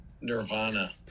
Nirvana